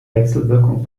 wechselwirkung